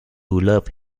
love